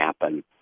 happen